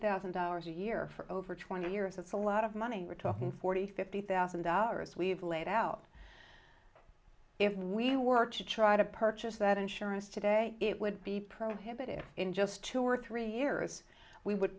thousand dollars a year for over twenty years it's a lot of money we're talking forty fifty thousand dollars we've laid out if we were to try to purchase that insurance today it would be prohibitive in just two or three years we would